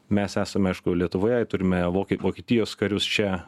mes esame aišku lietuvoje ir turime vokie vokietijos karius čia